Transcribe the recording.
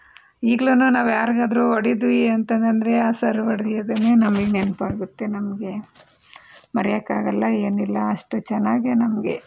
ಈಗ್ಲುನೂ ನಾವು ಯಾರಿಗಾದ್ರೂ ಹೊಡೆದ್ವಿ ಅಂತಂದರೆ ಆ ಸರ್ ಹೊಡೆದಿದ್ದನ್ನೇ ನಮಗೆ ನೆನಪಾಗುತ್ತೆ ನಮಗೆ ಮರೆಯೋಕ್ಕಾಗಲ್ಲ ಏನಿಲ್ಲ ಅಷ್ಟು ಚೆನ್ನಾಗಿ ನಮಗೆ